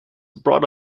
brought